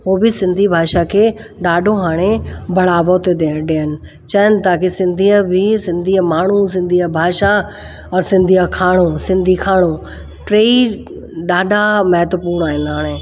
उहे बि सिंधी भाषा खे ॾाढो हाणे बढ़ावो थो ॾियनि चवनि ता कि सिंधीअ बि सिंधीअ माण्हू सिंधी भाषा ऐं सिंधी खाणो सिंधी खाणो टे ई ॾाढा महत्वपूर्ण आहिनि हाणे